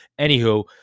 Anywho